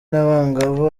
n’abangavu